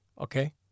Okay